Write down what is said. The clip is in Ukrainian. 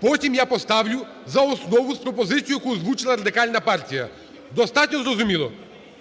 Потім я поставлю за основу з пропозицією, яку озвучила Радикальна партія. Достатньо зрозуміло?